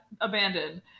abandoned